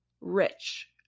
rich